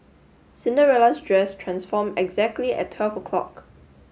Cinderella's dress transformed exactly at twelve o'clock